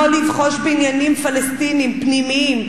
לא לבחוש בעניינים פלסטיניים פנימיים.